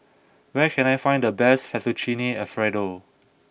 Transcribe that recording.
where can I find the best Fettuccine Alfredo